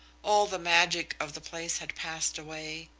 all the magic of the place had passed away,